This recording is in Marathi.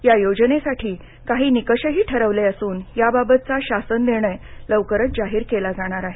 या योजनेसाठी काही निकषही ठरवले असून याबाबतचा शासन निर्णय लवकरच जाहीर केली जाणार आहे